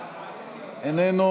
איננו,